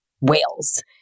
whales